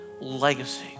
legacy